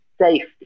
safety